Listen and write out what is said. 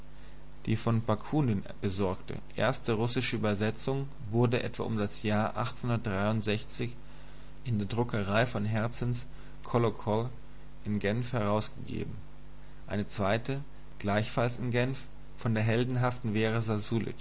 die von bakunin besorgte erste russische übersetzung wurde etwa um das jahr in der druckerei von herzens kolokol in genf herausgegeben eine zweite gleichfalls in genf von der heldenhaften vera